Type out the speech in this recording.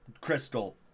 crystal